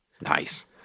Nice